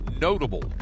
notable